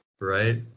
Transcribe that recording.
Right